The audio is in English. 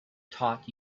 taught